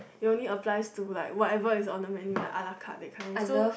it only applies to like whatever is on the menu like ala carte that kind so